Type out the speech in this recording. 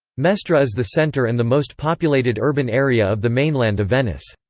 mestre is the center and the most populated urban area of the mainland of venice.